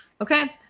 Okay